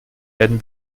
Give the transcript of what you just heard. werden